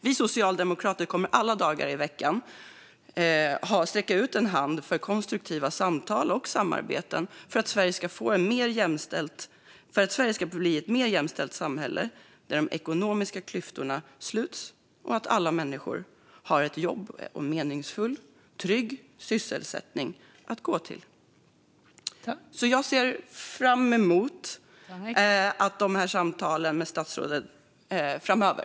Vi socialdemokrater kommer alla dagar i veckan att sträcka ut en hand för konstruktiva samtal och samarbeten för att Sverige ska bli ett mer jämställt samhälle där de ekonomiska klyftorna sluts och där alla människor har ett jobb eller en meningsfull och trygg sysselsättning att gå till. Jag ser fram emot att ha dessa samtal med statsrådet framöver.